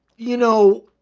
you know,